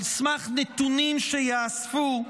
על סמך נתונים שייאספו,